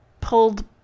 pulled